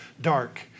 dark